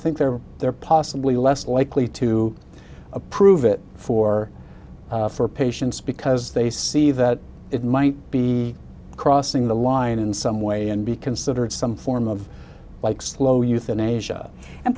think they're there possibly less likely to approve it for for patients because they see that it might be crossing the line in some way and be considered some form of like slow euthanasia and